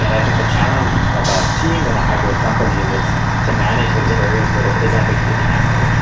i think the challenge of a team in a high-growth company is to manage those areas where there is ambiguity naturally